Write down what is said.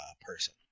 person